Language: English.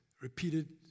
repeated